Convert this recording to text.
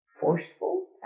forceful